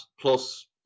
plus